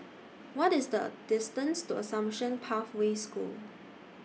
What IS The distance to Assumption Pathway School